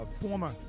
former